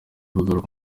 kugaruka